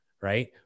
Right